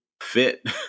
fit